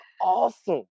awesome